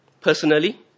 personally